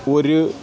ഒരു